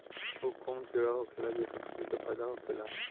उ कौन कीड़ा होखेला जेसे फसल के फ़ायदा होखे ला?